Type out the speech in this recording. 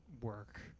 Work